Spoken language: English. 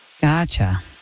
Gotcha